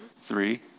three